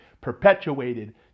perpetuated